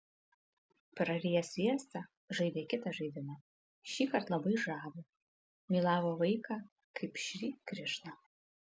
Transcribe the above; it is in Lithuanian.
prariję sviestą žaidė kitą žaidimą šįkart labai žavų mylavo vaiką kaip šri krišną